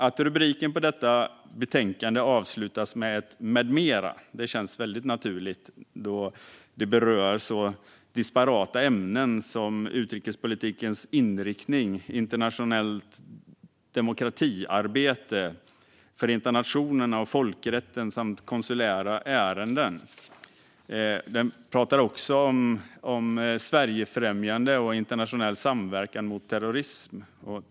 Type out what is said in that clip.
Att rubriken på detta betänkande avslutas med ett "m.m." känns väldigt naturligt då det berör så disparata ämnen som utrikespolitikens inriktning, internationellt demokratiarbete, Förenta nationerna och folkrätten samt konsulära ärenden. Det talas också om Sverigefrämjande och internationell samverkan mot terrorism.